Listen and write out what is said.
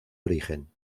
origen